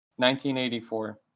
1984